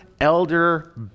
elder